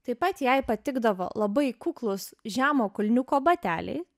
taip pat jai patikdavo labai kuklūs žemo kulniuko bateliai